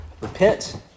repent